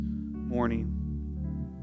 morning